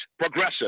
progressive